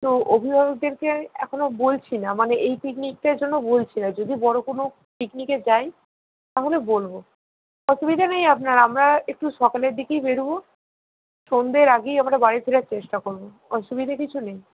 তো অভিভাবকদেরকে আমি এখনও বলছি না মানে এই পিকনিকটার জন্য বলছি না যদি বড়ো কোনো পিকনিকে যাই তাহলে বলবো অসুবিধে নেই আপনার আমরা একটু সকালের দিকেই বেরবো সন্ধের আগেই আমরা বাড়ি ফেরার চেষ্টা করবো অসুবিধে কিছু নেই